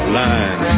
line